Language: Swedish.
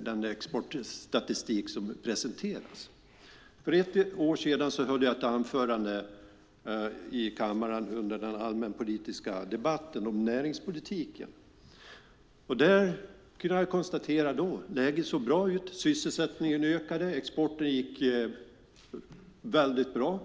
den exportstatistik som presenteras. För ett år sedan höll jag ett anförande i kammaren under den allmänpolitiska debatten om näringspolitiken. Jag kunde då konstatera att läget såg bra ut, att sysselsättningen ökade och att exporten gick väldigt bra.